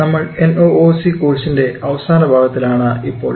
നമ്മൾ NOOC കോഴ്സ്ൻറെ അവസാന ഭാഗത്തിൽ ആണ് ഇപ്പോൾ